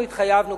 אנחנו התחייבנו,